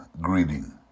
greeting